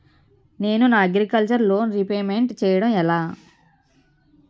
నేను నా agriculture loan repayment చేయడం ఎలా?